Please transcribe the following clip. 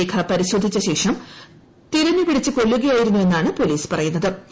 രേഖ പരിശോധിച്ചശേഷം തിരഞ്ഞു പിടിച്ച് കൊല്ലുകയായിരുന്നു എന്ന് പോലീസ് അറിയിച്ചു